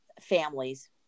families